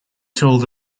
told